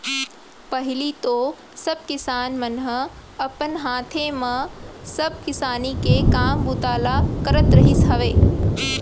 पहिली तो सब किसान मन ह अपन हाथे म सब किसानी के काम बूता ल करत रिहिस हवय